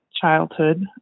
childhood